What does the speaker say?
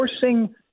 forcing